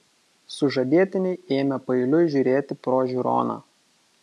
sužadėtiniai ėmė paeiliui žiūrėti pro žiūroną